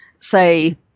Say